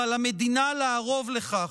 ועל המדינה לערוב לכך.